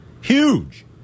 Huge